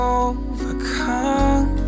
overcome